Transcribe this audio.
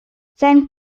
sein